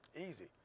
Easy